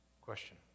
Question